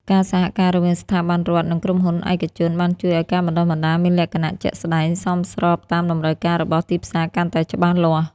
ការសហការរវាងស្ថាប័នរដ្ឋ និងក្រុមហ៊ុនឯកជន បានជួយឱ្យការបណ្តុះបណ្តាលមានលក្ខណៈជាក់ស្តែង សមស្របតាមតម្រូវការរបស់ទីផ្សារកាន់តែច្បាស់លាស់។